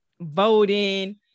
voting